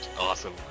Awesome